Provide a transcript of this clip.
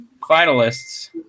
finalists